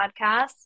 podcast